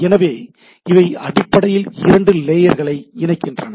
எனவே இவை அடிப்படையில் இரண்டு லேயர்களை இணைக்கின்றன